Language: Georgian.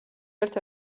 ერთ